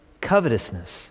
covetousness